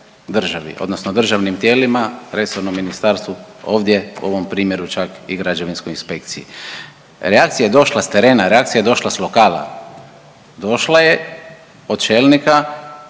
državi odnosno državnim tijelima, resornom ministarstvu, ovdje ovom primjeru čak i građevinskoj inspekciji. Reakcija je došla s terena, reakcija je došla s lokala. Došla je od čelnika